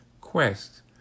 quest